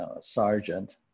sergeant